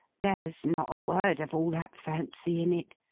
there's not a word of all that fancy in it.